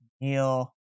Neil